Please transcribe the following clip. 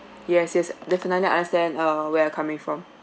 yes yes definitely I understand err where you're coming from